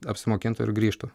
apsimokintų ir grįžtų